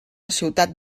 ciutat